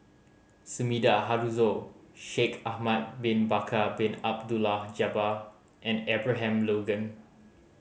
Sumida Haruzo Shaikh Ahmad Bin Bakar Bin Abdullah Jabbar and Abraham Logan